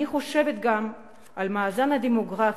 אני חושבת גם על המאזן הדמוגרפי,